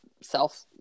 self